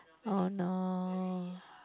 oh no